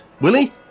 Willie